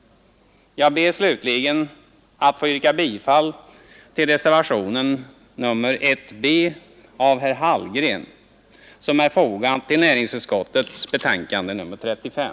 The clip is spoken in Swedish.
Jag ber slutligen att få yrka bifall till reservationen 1 b av herr Hallgren som är fogad till näringsutskottets betänkande nr 35.